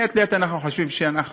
מעת לעת אנחנו חושבים שאנחנו,